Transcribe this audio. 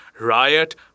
riot